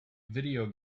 video